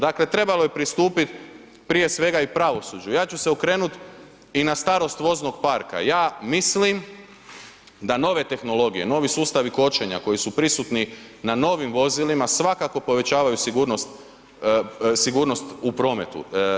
Dakle, trebalo je pristupit, prije svega i pravosuđu, ja ću se okrenut i na starost voznog parka, ja mislim da nove tehnologije, novi sustavi kočenja koji su prisutni na novim vozilima svakako povećavaju sigurnost u prometu.